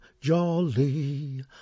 Jolly